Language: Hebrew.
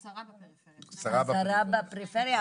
עשרה בפריפריה,